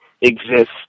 exist